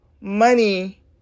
money